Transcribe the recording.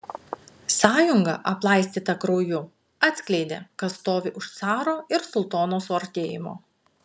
sąjunga aplaistyta krauju atskleidė kas stovi už caro ir sultono suartėjimo